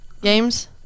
games